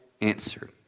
answer